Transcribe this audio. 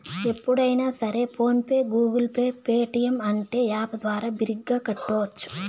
ఎప్పుడన్నా సరే PhonePe Google pay Paytm అంటే యాప్ ద్వారా బిరిగ్గా కట్టోచ్చు